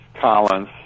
Collins